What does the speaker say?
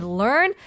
learn